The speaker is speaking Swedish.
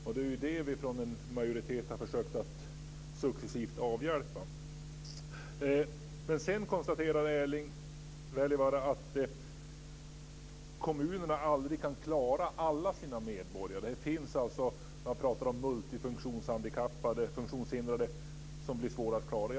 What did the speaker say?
Det är ju detta som vi från majoriteten successivt har försökt att avhjälpa. Erling Wälivaara sade också att kommunerna aldrig kan klara alla sina medborgare. Det finns alltså multifunktionshindrade som är svåra att klara av.